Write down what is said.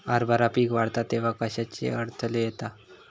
हरभरा पीक वाढता तेव्हा कश्याचो अडथलो येता?